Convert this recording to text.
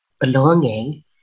belonging